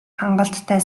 хангалттай